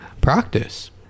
practice